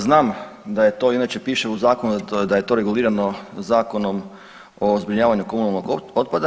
Znam da je to, piše u zakonu da je to regulirano Zakonom o zbrinjavanju komunalnog otpada.